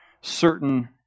certain